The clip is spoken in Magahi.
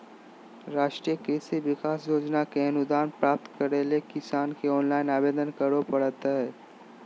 राष्ट्रीय कृषि विकास योजना के अनुदान प्राप्त करैले किसान के ऑनलाइन आवेदन करो परतय